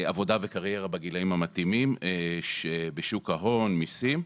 עבודה וקריירה בגילאים המתאימים, שוק ההון, מיסים.